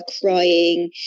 crying